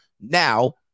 now